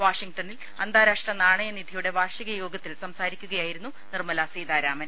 വാഷിങ്ടണിൽ അന്താ രാഷ്ട്ര നാണ്യനിധിയുടെ വാർഷിക യോഗത്തിൽ സംസാരിക്കുകയായിരുന്നു നിർമ്മലാ സീതാരാമൻ